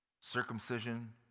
Circumcision